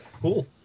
Cool